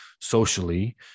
socially